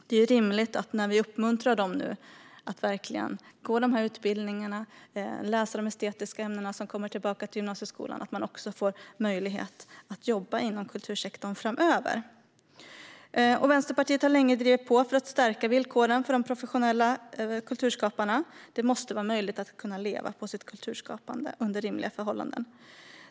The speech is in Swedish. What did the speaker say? När vi nu uppmuntrar dem att gå dessa utbildningar och läsa de estetiska ämnen som kommer tillbaka till gymnasieskolan är det rimligt att de också får möjlighet att jobba inom kultursektorn framöver. Vänsterpartiet har länge drivit på för att stärka villkoren för de professionella kulturskaparna. Det måste vara möjligt att leva på sitt kulturskapande under rimliga förhållanden.